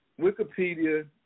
Wikipedia